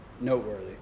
noteworthy